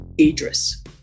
idris